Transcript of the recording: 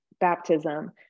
baptism